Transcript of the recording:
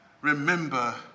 Remember